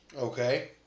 Okay